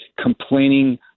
complaining